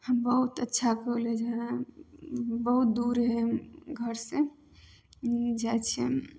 हँ बहुत अच्छा कॉलेज हइ बहुत दूर हइ घरसँ जाइ छियै